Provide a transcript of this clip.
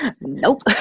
nope